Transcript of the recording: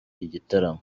igitaramo